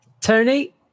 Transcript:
tony